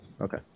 Okay